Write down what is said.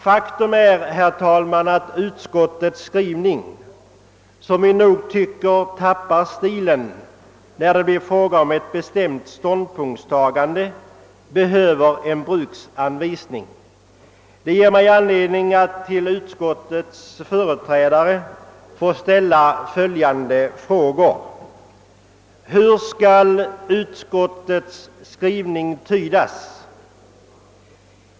Faktum är, herr talman, att utskottets skrivning, som vi nog tycker tappar stilen när det blir fråga om ett bestämt ståndpunktstagande, kräver en bruksanvisning. Det ger mig anledning att till utskottets företrädare ställa följande frågor: Hur skall utskottets skrivning tydas?